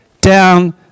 down